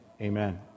Amen